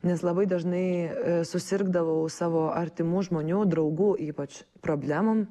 nes labai dažnai susirgdavau savo artimų žmonių draugų ypač problemom